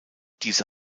diese